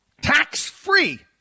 Tax-free